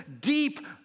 deep